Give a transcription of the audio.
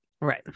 Right